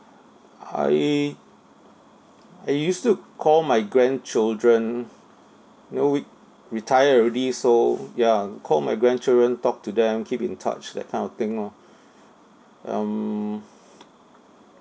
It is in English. I I used to call my grandchildren you know we retire already so ya call my grandchildren talk to them keep in touch that kind of thing lor um